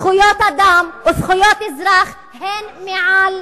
בדמוקרטיה זכויות אדם וזכויות אזרח הן מעל